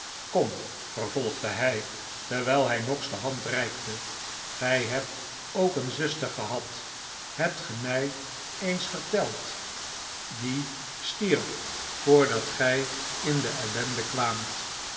kom vervolgde hij terwijl hij noggs de hand reikte gij hebt ook een zuster gehad hebt ge mij eens verteld die stierf voordat gij in de ellende kwaamt